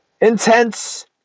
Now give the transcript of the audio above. Intense